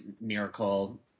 miracle